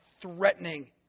threatening